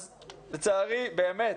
אז לצערי באמת,